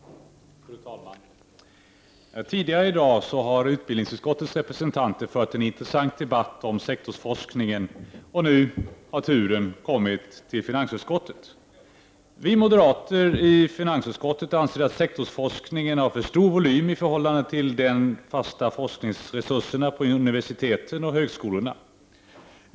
Fru talman! Tidigare i dag har utbildningsutskottets representanter fört en intressant debatt om sektorsforskningen, och nu har turen kommit till finansutskottet. Vi moderater i finansutskottet anser att sektorsforskningen har för stor volym i förhållande till de fasta forskningsresurserna på universiteten och högskolorna.